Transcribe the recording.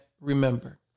remember